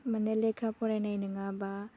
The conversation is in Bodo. माने लेखा फरायनाय नोङाबा